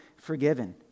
forgiven